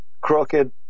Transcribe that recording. crooked